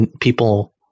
people